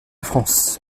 france